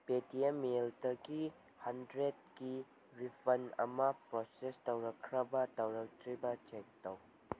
Paytm ꯃꯦꯜꯗꯒꯤ ꯍꯟꯗ꯭ꯔꯦꯠꯀꯤ refund ꯑꯃ ꯄ꯭ꯔꯣꯁꯦꯁ ꯇꯧꯔꯛꯈ꯭ꯔꯕ ꯇꯧꯔꯛꯇ꯭ꯔꯤꯕ ꯆꯦꯛ ꯇꯧ